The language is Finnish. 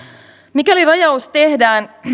mikäli rajaus tehdään